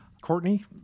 Courtney